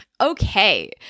Okay